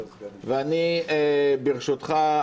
ברשותך,